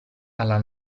alla